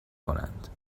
کنند